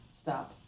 stop